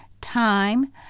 time